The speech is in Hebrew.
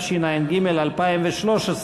התשע"ג 2013,